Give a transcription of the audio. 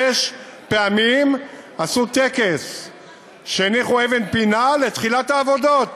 שש פעמים עשו טקס והניחו אבן פינה לתחילת העבודות.